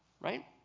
Right